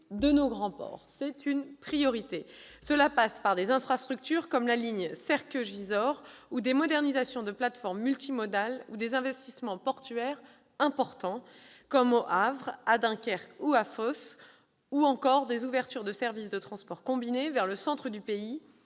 de nos grands ports ; c'est une priorité. Cela passe par des infrastructures, comme la ligne Serqueux-Gisors, ou des modernisations de plateformes multimodales, ou des investissements portuaires importants, comme au Havre, à Dunkerque ou à Fos, ou encore des ouvertures de services de transport combiné vers le centre du pays